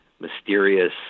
mysterious